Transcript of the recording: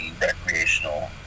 recreational